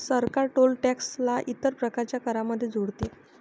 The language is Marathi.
सरकार टोल टॅक्स ला इतर प्रकारच्या करांमध्ये जोडते